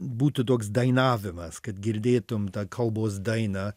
būtų toks dainavimas kad girdėtum tą kalbos dainą